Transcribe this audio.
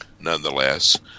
nonetheless